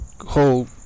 whole